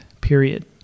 period